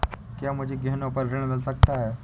क्या मुझे गहनों पर ऋण मिल सकता है?